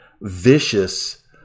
vicious